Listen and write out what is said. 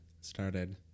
started